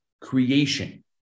creation